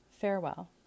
Farewell